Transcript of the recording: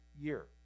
year